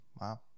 wow